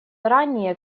ранее